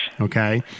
Okay